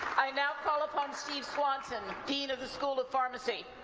i now call upon steven swanson, dean of the school of pharmacy.